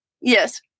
Yes